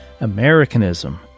Americanism